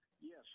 Yes